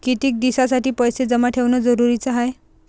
कितीक दिसासाठी पैसे जमा ठेवणं जरुरीच हाय?